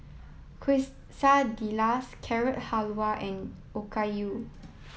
Carrot Halwa and Okayu